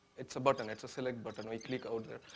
it's a button, it's a select button. we click out there.